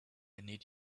need